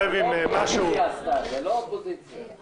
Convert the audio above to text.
בעיניי זה טווח זמנים גדול מדי.